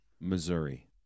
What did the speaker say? Missouri